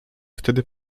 wtedy